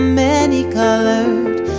many-colored